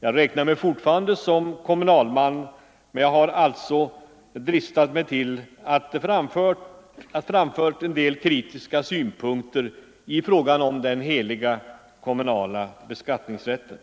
Jag räknar mig fortfarande som kommunalman, men jag har dristat mig till att framföra en del kritiska synpunkter på ”den heliga kommunala beskattningsrätten”.